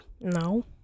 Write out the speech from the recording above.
No